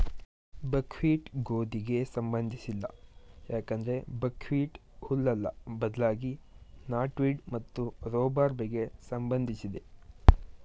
ಬಕ್ wheat ಗೋಧಿಗೆ ಸಂಬಂಧಿಸಿಲ್ಲ ಯಾಕಂದ್ರೆ ಬಕ್ಹ್ವೀಟ್ ಹುಲ್ಲಲ್ಲ ಬದ್ಲಾಗಿ ನಾಟ್ವೀಡ್ ಮತ್ತು ರೂಬಾರ್ಬೆಗೆ ಸಂಬಂಧಿಸಿದೆ